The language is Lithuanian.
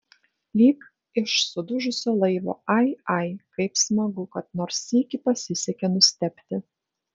lyg iš sudužusio laivo ai ai kaip smagu kad nors sykį pasisekė nustebti